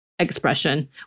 Expression